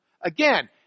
Again